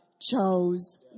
chose